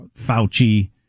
Fauci